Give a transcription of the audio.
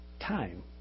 time